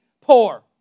poor